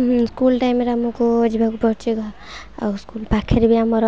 school ଟାଇମ୍ରେ ଆମକୁ ଯିବାକୁ ପଡ଼ୁଛି ଆଉ ସ୍କୁଲ୍ ପାଖରେ ବି ଆମର